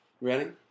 Ready